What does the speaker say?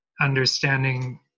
understanding